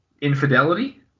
infidelity